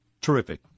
terrific